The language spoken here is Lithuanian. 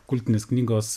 kultinės knygos